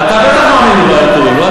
אתה בטח מאמין ב"בעל הטורים", לא?